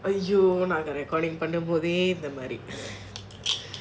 !aiyo! நாங்க:naanga recording பண்ணும்போதே இந்த மாதிரி:pannumpothae indha maadhiri